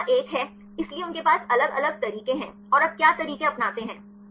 अब अगला एक है इसलिए उनके पास अलग अलग तरीके हैं और आप क्या तरीके अपनाते हैं